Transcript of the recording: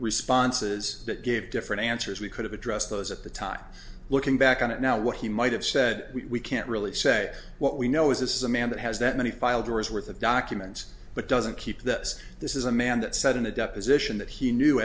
responses that gave different answers we could have addressed those at the time looking back on it now what he might have said we can't really say what we know is this is a man that has that many file drawers worth of documents but doesn't keep this this is a man that said in a deposition that he knew